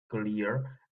clear